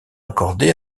accordé